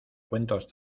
cuentos